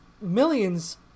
millions